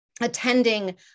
attending